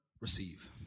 receive